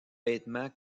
vêtements